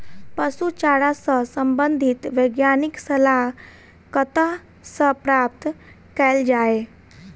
पशु चारा सऽ संबंधित वैज्ञानिक सलाह कतह सऽ प्राप्त कैल जाय?